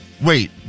wait